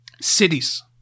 Cities